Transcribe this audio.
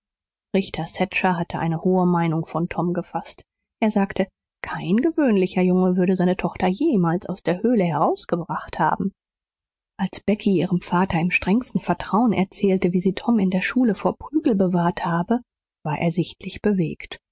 richter thatcher hatte eine hohe meinung von tom gefaßt er sagte kein gewöhnlicher junge würde seine tochter jemals aus der höhle herausgebracht haben als becky ihrem vater im strengsten vertrauen erzählte wie sie tom in der schule vor prügel bewahrt habe war er sichtlich bewegt